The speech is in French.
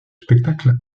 spectacle